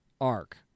arc